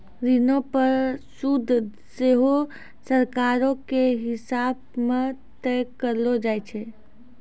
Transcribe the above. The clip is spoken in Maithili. ऋणो पे सूद सेहो सरकारो के हिसाब से तय करलो जाय छै